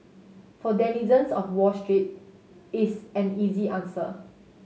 for denizens of Wall Street it's an easy answer